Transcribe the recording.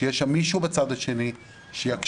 שיהיה שם מישהו בצד השני שיקשיב,